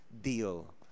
deal